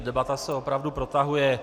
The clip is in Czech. Debata se opravdu protahuje.